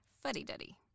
fuddy-duddy